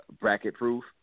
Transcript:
bracket-proof